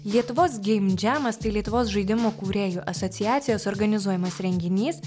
lietuvos geimdžemas tai lietuvos žaidimų kūrėjų asociacijos organizuojamas renginys